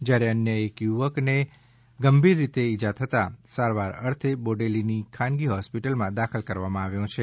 જ્યારે અન્ય યુવાનને ગંભીર રીતે ઈજાગ્રસ્ત થતાં સારવાર અર્થે બોડેલીની ખાનગી હોસ્પિટલમાં દાખલ કરવામાં આવ્યો છે